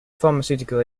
pharmaceutical